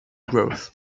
growth